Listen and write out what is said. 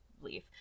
leave